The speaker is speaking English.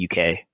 UK